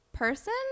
person